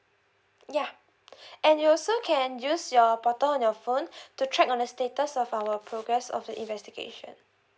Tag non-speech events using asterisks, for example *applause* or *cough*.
yeah *breath* and you also can use your portal on your phone *breath* to track on the status of our progress of the investigation